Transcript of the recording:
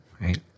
right